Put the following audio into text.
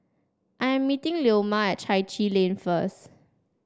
I am meeting Leoma at Chai Chee Lane first